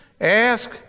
Ask